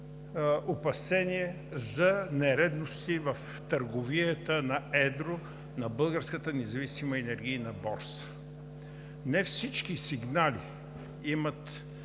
опасения за нередности в търговията на едро на Българската независима енергийна борса. Не всички сигнали имат